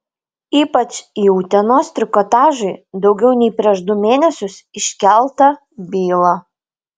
ypač į utenos trikotažui daugiau nei prieš du mėnesius iškeltą bylą